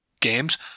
games